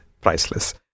priceless